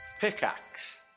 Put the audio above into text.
Pickaxe